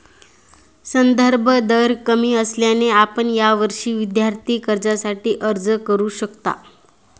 संदर्भ दर कमी असल्याने आपण यावर्षी विद्यार्थी कर्जासाठी अर्ज करू शकता